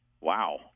Wow